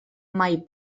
mai